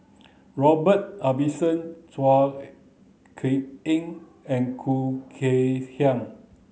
Robert Ibbetson Chua Kay and Khoo Kay Hian